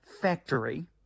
factory